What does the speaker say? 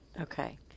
Okay